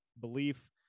belief